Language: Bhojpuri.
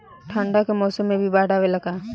ठंडा के मौसम में भी बाढ़ आवेला का?